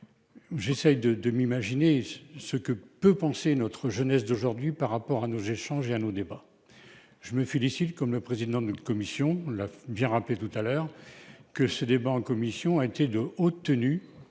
J'essaie de, de m'imaginer ce que peut penser notre jeunesse d'aujourd'hui par rapport à nos j'ai changé à nos débats. Je me félicite, comme le président de la commission là j'ai rappelé tout à l'heure que ce débat en commission a été de haute tenue